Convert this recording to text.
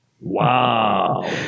Wow